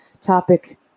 topic